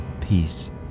peace